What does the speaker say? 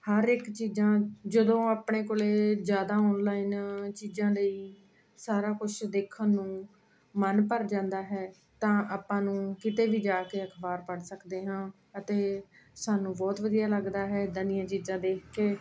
ਹਰ ਇੱਕ ਚੀਜ਼ਾਂ ਜਦੋਂ ਆਪਣੇ ਕੋਲੇ ਜ਼ਿਆਦਾ ਆਨਲਾਈਨ ਚੀਜ਼ਾਂ ਲਈ ਸਾਰਾ ਕੁਝ ਦੇਖਣ ਨੂੰ ਮਨ ਭਰ ਜਾਂਦਾ ਹੈ ਤਾਂ ਆਪਾਂ ਨੂੰ ਕਿਤੇ ਵੀ ਜਾ ਕੇ ਅਖਬਾਰ ਪੜ੍ਹ ਸਕਦੇ ਹਾਂ ਅਤੇ ਸਾਨੂੰ ਬਹੁਤ ਵਧੀਆ ਲੱਗਦਾ ਹੈ ਇੱਦਾਂ ਦੀਆਂ ਚੀਜ਼ਾਂ ਦੇਖ ਕੇ